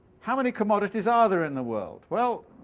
how many commodities are there in the world? well,